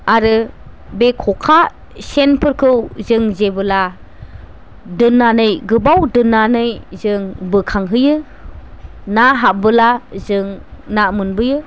आरो बे खका सेनफोरखौ जों जेब्ला दोननानै गोबाव दोननानै जों बोखां हैयो ना हाबबोला जों ना मोनबोयो